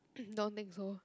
don't think so